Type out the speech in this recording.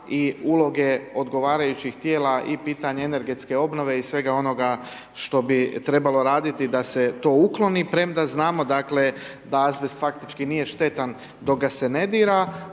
i uloge odgovarajućih tijela i pitanje energetske obnove i svega onoga što bi trebalo raditi da se to ukloni premda znamo, dakle, da azbest faktički nije štetan dok ga se ne dira.